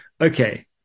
okay